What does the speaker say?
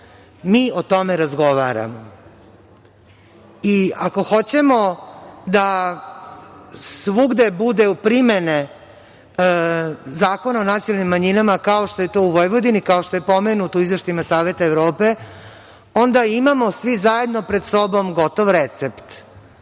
o tome razgovaramo. Ako hoćemo da svugde bude primene Zakona o nacionalnim manjinama, kao što je to u Vojvodini, kao što je pomenuto u izveštajima Saveta Evrope, onda imamo svi zajedno pred sobom gotov recept.